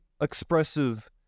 expressive